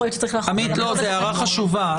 זו הערה חשובה,